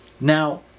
Now